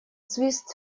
свист